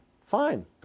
Fine